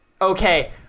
Okay